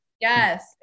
Yes